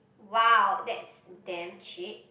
!wow! that's damn cheap